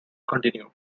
continued